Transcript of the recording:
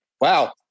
Wow